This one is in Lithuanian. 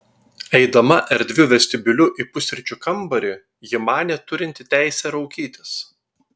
eidama erdviu vestibiuliu į pusryčių kambarį ji manė turinti teisę raukytis